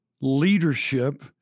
leadership